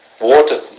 water